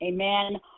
Amen